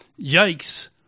yikes